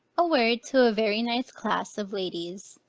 a word to a very nice class of ladies.